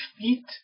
feet